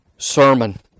Sermon